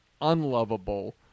unlovable